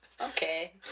Okay